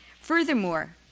Furthermore